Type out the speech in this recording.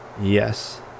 Yes